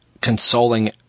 consoling